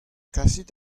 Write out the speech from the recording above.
kasit